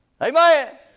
Amen